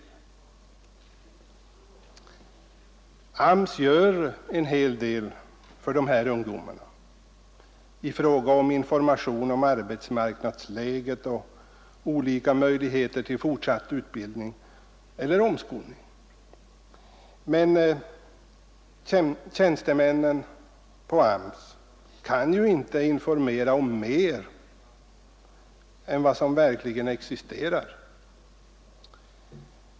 Arbetsmarknadsstyrelsen gör en hel del för dessa ungdomar i fråga om information om arbetsmarknadsläget och olika möjligheter till fortsatt utbildning eller omskolning. Men tjänstemännen på AMS kan ju inte informera om mer än vad som verkligen existerar.